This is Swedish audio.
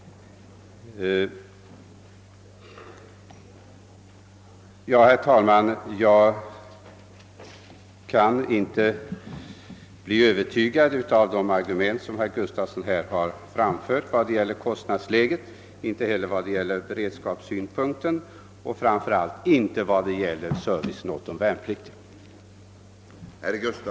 Herr talman! Jag kan inte bli övertygad av de argument som herr Gustafsson i Uddevalla här har framfört vad gäller kostnaderna, inte heller vad gäller beredskapssynpunkten och framför allt inte vad gäller servicen åt de värnpliktiga.